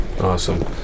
awesome